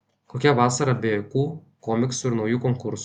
kokia vasara be juokų komiksų ir naujų konkursų